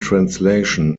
translation